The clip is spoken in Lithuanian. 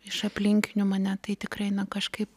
iš aplinkinių mane tai tikrai na kažkaip